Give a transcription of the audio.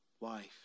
life